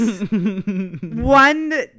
One